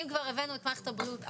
אם כבר הבאנו את מערכת הבריאות.